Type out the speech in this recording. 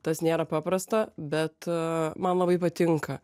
tas nėra paprasta bet man labai patinka